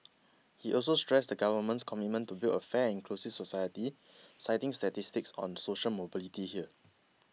he also stressed the government's commitment to build a fair and inclusive society citing statistics on social mobility here